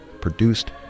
produced